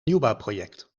nieuwbouwproject